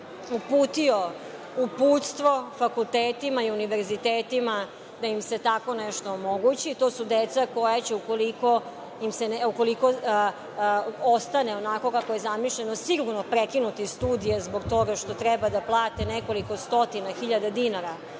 uputio uputstvo fakultetima i univerzitetima da im se tako nešto omogući. To su deca koja će, ukoliko ostane onako kako je zamišljeno, sigurno prekinuti studije zbog toga što treba da plate nekoliko stotina hiljada dinara